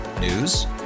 News